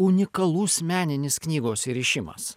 unikalus meninis knygos įrišimas